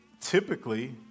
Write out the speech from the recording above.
typically